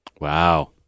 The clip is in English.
wow